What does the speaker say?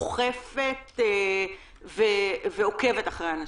אוכפת ועוקבת אחרי אנשים.